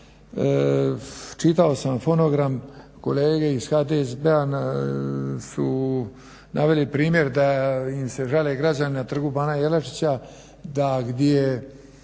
čitao sam fonogram kolege iz HDSSB-a su naveli primjer da im se žale građani na Trgu bana Jelačića da gdje je